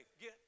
Get